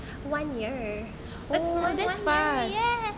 one year that's my one year yes